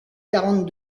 quarante